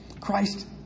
Christ